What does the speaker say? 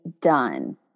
done